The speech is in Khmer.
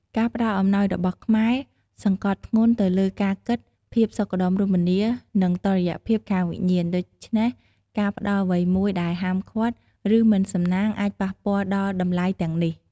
ការផ្តល់អំណោយរបស់ខ្មែរសង្កត់ធ្ងន់ទៅលើការគិត ភាពសុខដុមរមនា និងតុល្យភាពខាងវិញ្ញាណ ដូច្នេះការផ្តល់អ្វីមួយដែលហាមឃាត់ ឬមិនសំណាងអាចប៉ះពាល់ដល់តម្លៃទាំងនេះ។